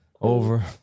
Over